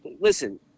listen